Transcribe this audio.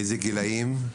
איזה גילאים,